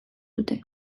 dute